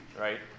right